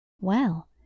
Well